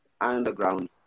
underground